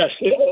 yes